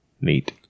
Neat